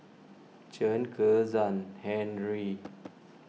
Chen Kezhan Henri